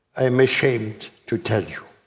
i am ashamed to tell you.